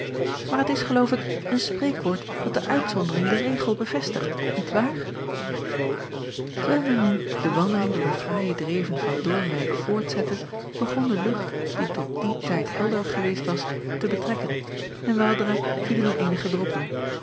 aar het is geloof ik een spreekwoord dat de uitzondering den regel bevestigt niet waar erwijl men nu de wandeling door de fraaie dreven van oornwijck voortzette begon de lucht die tot dien tijd helder geweest was te betrekken en weldra vielen er eenige droppelen